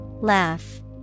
Laugh